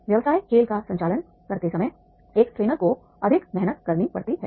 व्यवसाय खेल का संचालन करते समय एक ट्रेनर को अधिक मेहनत करनी पड़ती है